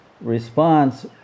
response